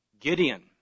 Gideon